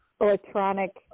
Electronic